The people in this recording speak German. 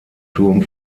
turm